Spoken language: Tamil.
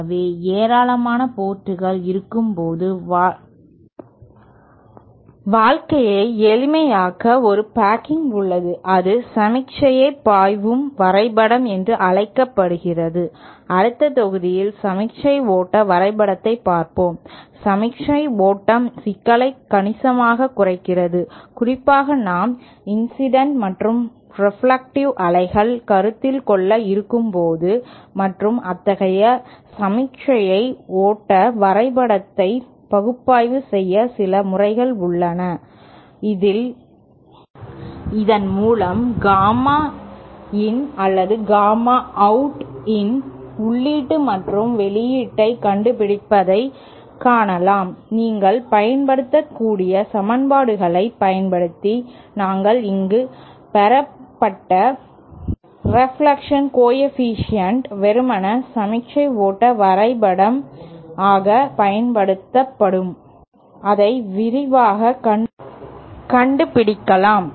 ஆகவே ஏராளமான போர்ட்கள் இருக்கும்போது வாழ்க்கையை எளிமையாக்க ஒரு பேக்கிங் உள்ளது அது சமிக்ஞை பாய்வு வரைபடம் என்று அழைக்கப்படுகிறது அடுத்த தொகுதியில் சமிக்ஞை ஓட்ட வரைபடத்தைப் பார்ப்போம் சமிக்ஞை ஓட்டம் சிக்கலை கணிசமாகக் குறைக்கிறது குறிப்பாக நாம் இன்சிடென்ட் மற்றும் ரெப்லெக்டட் அலைகள் கருத்தில் கொள்ள இருக்கும்போது மற்றும் அத்தகைய சமிக்ஞை ஓட்ட வரைபடத்தை பகுப்பாய்வு செய்ய சில முறைகள் உள்ளன இதன் மூலம் காமா in அல்லது காமா out இன் உள்ளீடு மற்றும் வெளியீட்டைக் கண்டுபிடிப்பதைக் காணலாம் நீங்கள் பயன்படுத்தக்கூடிய சமன்பாடுகளைப் பயன்படுத்தி நாங்கள் இங்கு பெறப்பட்ட ரெப்லக்ஷன் கோஎஃபீஷியேன்ட் வெறுமனே சமிக்ஞை ஓட்ட வரைபடம் ஆக பயன்படுத்தவும் அதை விரைவாகக் கண்டுபிடிக்கலாம்